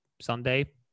Sunday